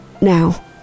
now